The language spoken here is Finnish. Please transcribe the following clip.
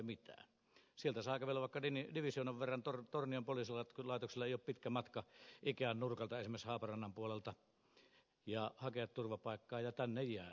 sieltä saa kävellä vaikka divisioonan verran tornion poliisilaitokselle ei ole pitkä matka ikean nurkalta esimerkiksi haaparannan puolelta ja hakea turvapaikkaa ja tänne jäädään